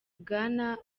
bwana